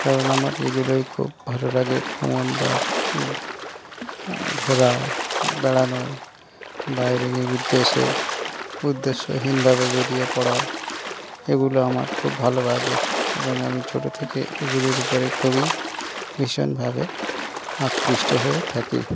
কারণ আমার এগুলোই খুব ভালো লাগে ভ্রমণ বা ঘোরা বেড়ানো বাইরেের নিরুদ্দেশ্যে উদ্দেশ্যহীনভাবে বেরিয়ে পড়া এগুলো আমার খুব ভালো লাগে এবং আমি ছোটো থেকে এগুলোর উপরে খুবই ভীষণভাবে আকৃষ্ট হয়ে থাকি